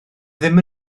ddim